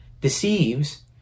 deceives